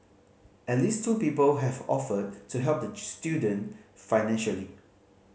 at least two people have offered to help the student financially